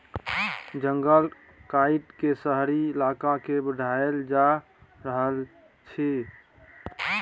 जंगल काइट के शहरी इलाका के बढ़ाएल जा रहल छइ